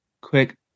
quick